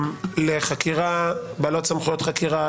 לחקירה בעלת סמכויות חקירה,